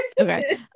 okay